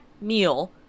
meal